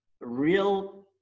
real